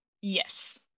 Yes